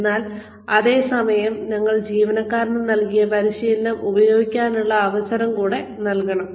എന്നാൽ അതേ സമയം ഞങ്ങൾ ജീവനക്കാരന് നൽകിയ പരിശീലനം ഉപയോഗിക്കാനുള്ള അവസരം കൂടെ നൽകണം